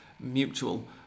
mutual